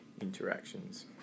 interactions